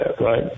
right